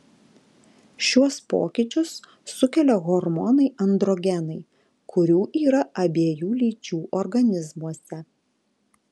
šiuos pokyčius sukelia hormonai androgenai kurių yra abiejų lyčių organizmuose